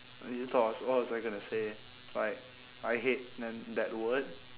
you thought was what was I gonna say like I hate then that word